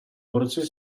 porci